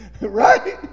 Right